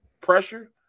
pressure